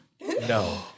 no